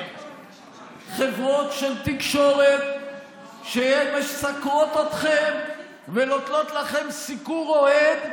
חברות של תקשורת שמסקרות אתכם ונותנות לכם סיקור אוהד,